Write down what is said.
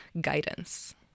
guidance